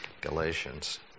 Galatians